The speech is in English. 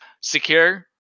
Secure